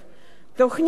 תוכנית זאת